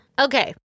Okay